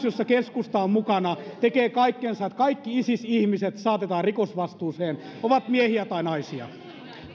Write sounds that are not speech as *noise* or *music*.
*unintelligible* jossa keskusta on mukana tekee kaikkensa että kaikki isis ihmiset saatetaan rikosvastuuseen ovat he miehiä tai naisia